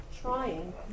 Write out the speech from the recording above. trying